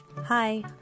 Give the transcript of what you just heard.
Hi